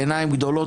עיניים גדולות,